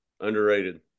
Underrated